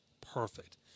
Perfect